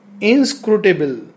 inscrutable